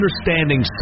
understanding